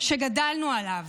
שגדלנו עליו,